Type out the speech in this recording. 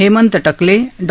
Hemant Takle Dr